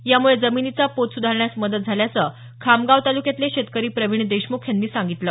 यामुळे जमिनींचा पोत सुधारण्यास मदत झाल्याचं खामगाव तालुक्यातले शेतकरी प्रवीण देशमुख यांनी सांगितलं